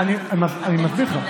אני מסביר לך,